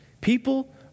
People